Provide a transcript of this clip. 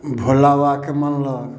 भोला बाबाके मानलक